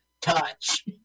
touch